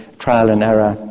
trial and error,